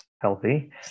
healthy